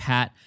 Pat